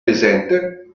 risente